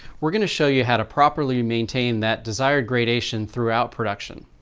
we're going to show you how to properly maintain that desired gradation throughout production.